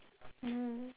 mm